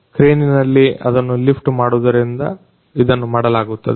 ಕ್ರೆನಿನಲ್ಲಿ ಇದನ್ನು ಲಿಫ್ಟ್ ಮಾಡುವುದರಿಂದ ಇದನ್ನ ಮಾಡಲಾಗುತ್ತದೆ